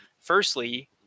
firstly